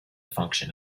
function